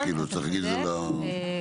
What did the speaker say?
אתה צודק,